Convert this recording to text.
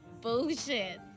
bullshit